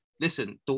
Listen